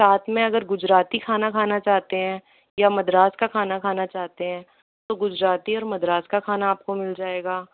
साथ में अगर गुजराती खाना खाना चाहते हैं या मद्रास का खाना खाना चाहते हैं तो गुजराती और मद्रास का खाना आपको मिल जाएगा